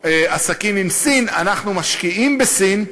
עסקים עם סין, אנחנו משקיעים בסין,